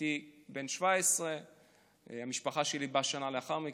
הייתי בן 17. המשפחה שלי באה שנה לאחר מכן.